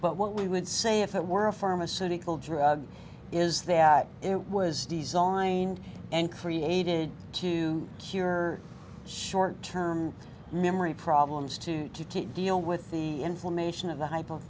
but what we would say if it were a pharmaceutical drug is that it was designed and created to cure short term memory problems to deal with the inflammation of the hyp